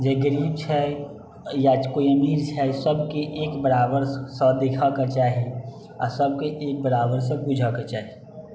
जे गरीब छै या कोइ अमीर छै सबके एक बराबरसँ देखऽके चाही आओर सबके एक बराबरसँ बुझऽके चाही